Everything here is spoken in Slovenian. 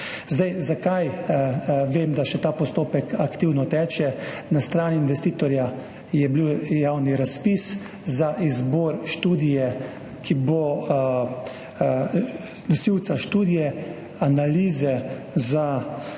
Zakaj vem, da ta postopek še aktivno teče? Na strani investitorja je bil javni razpis za izbor nosilca študije, analize za